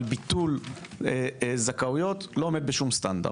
ביטול זכאויות לא עומד בשום סטנדרט.